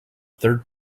third